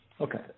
Okay